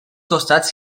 costats